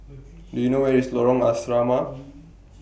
Do YOU know Where IS Lorong Asrama